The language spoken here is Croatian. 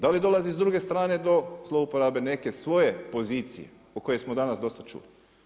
Da li dolazi do druge strane do zlouporabe neke svoje pozicije o kojoj smo danas dosta čuli?